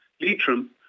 Leitrim